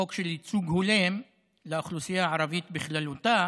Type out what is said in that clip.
חוק של ייצוג הולם לאוכלוסייה הערבית בכללותה,